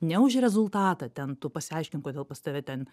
ne už rezultatą ten tu pasiaiškink kodėl pas tave ten